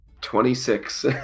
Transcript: Twenty-six